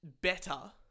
better